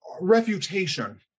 refutation